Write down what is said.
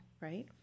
right